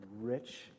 rich